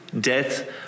death